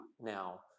now